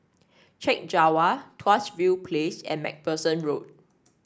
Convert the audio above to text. Chek Jawa Tuas View Place and MacPherson Road